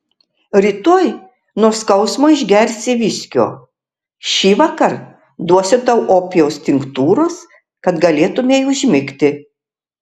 rytoj nuo skausmo išgersi viskio šįvakar duosiu tau opijaus tinktūros kad galėtumei užmigti